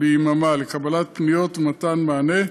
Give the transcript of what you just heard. ביממה לקבלת פניות ומתן מענה,